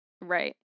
Right